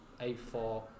A4